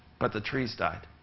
but the trees died.